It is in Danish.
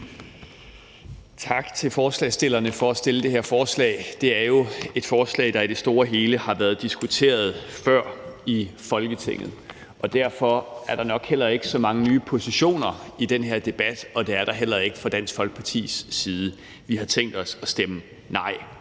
Tak til forslagsstillerne for at fremsætte det her forslag. Det er jo et forslag, der i det store og hele har været diskuteret før i Folketinget, og derfor er der nok heller ikke så mange nye positioner i den her debat. Det er der heller ikke fra Dansk Folkepartis side. Vi har tænkt os at stemme nej